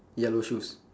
yellow shoes